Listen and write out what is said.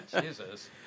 Jesus